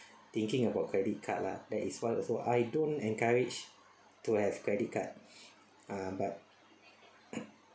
thinking about credit card lah that is one also I don't encourage to have credit card ah but